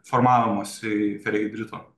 formavimuisi ferihidrito